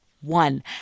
one